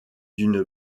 d’une